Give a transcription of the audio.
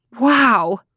Wow